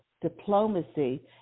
diplomacy